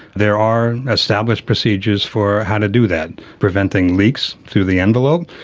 there are established procedures for how to do that, preventing leaks through the envelope,